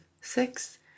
six